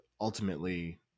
ultimately